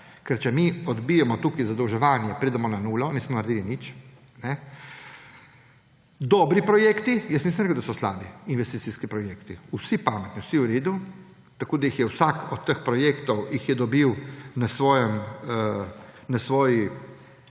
ker če mi odbijemo tukaj zadolževanje, pridemo na nulo, nismo naredili nič. Dobri projekti – jaz nisem rekel, da so slabi investicijski projekti –, vsi pametni, vsi v redu. Tako je vsakega od teh projektov dobil na svojem